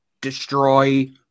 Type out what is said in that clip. destroy